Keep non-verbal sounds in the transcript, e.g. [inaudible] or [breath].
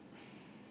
[breath]